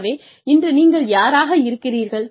ஆகவே இன்று நீங்கள் யாராக இருக்கிறீர்கள்